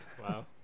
Wow